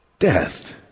death